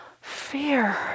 fear